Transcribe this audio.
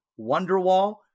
Wonderwall